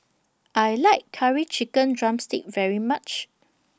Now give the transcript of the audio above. I like Curry Chicken Drumstick very much